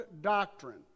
doctrine